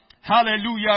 Hallelujah